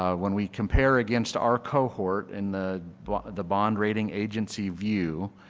um when we compare against our cohort in the but the bond reading agency view,